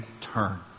turn